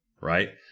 right